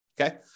okay